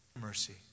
Mercy